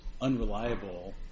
unreliable